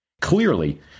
Clearly